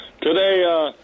Today